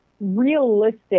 realistic